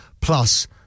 plus